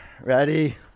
Ready